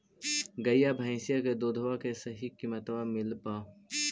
गईया भैसिया के दूधबा के सही किमतबा मिल पा?